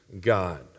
God